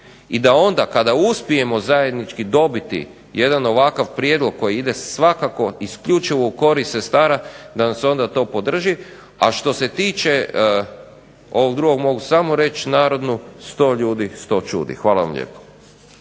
I da onda kada uspijemo zajednički dobiti jedan ovakav prijedlog koji ide svakako isključivo u korist sestara da nam se onda to podrži. A što se tiče ovog drugog, mogu samo reći narodnu – sto ljudi, sto ćudi. Hvala vam lijepo.